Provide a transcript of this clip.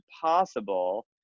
possible